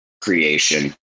creation